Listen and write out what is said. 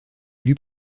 élu